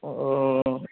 ও